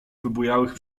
wybujałych